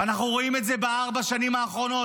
אנחנו רואים את זה בארבע השנים האחרונות.